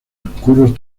oscuros